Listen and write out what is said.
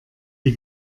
die